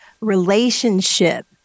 relationship